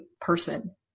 person